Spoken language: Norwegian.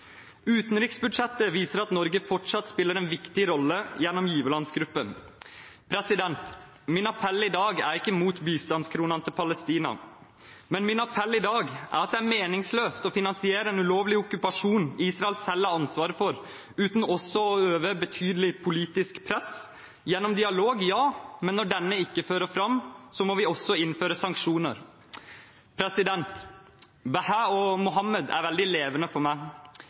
Utenriksbudsjettet viser at Norge fortsatt spiller en viktig rolle gjennom giverlandsgruppen. Min appell i dag er ikke mot bistandskronene til Palestina, men min appell i dag er at det er meningsløst å finansiere en ulovlig okkupasjon Israel selv har ansvaret for, uten også å øve betydelig politisk press, gjennom dialog ja, men når denne ikke fører fram, må vi også innføre sanksjoner. Bahaa og Muhammad er veldig levende for meg.